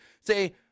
Say